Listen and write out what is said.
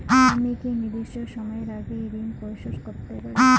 আমি কি নির্দিষ্ট সময়ের আগেই ঋন পরিশোধ করতে পারি?